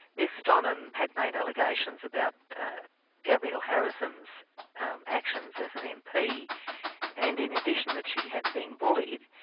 miss stonham had made allegations about gabrielle harrison's actions as an mp and in addition that she had been bullied,